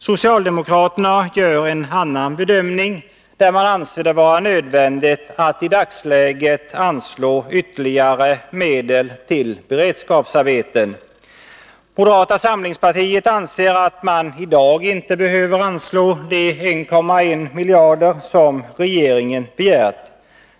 Socialdemokraterna gör en annan bedömning och anser det vara nödvändigt att i dagsläget anslå ytterligare medel till beredskapsarbeten. Moderata samlingspartiet anser att man i dag inte behöver anslå de 1,1 miljarder som regeringen begärt.